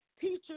teachers